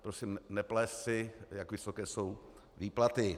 Prosím neplést si, jak vysoké jsou výplaty.